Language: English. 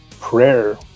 prayer